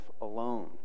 alone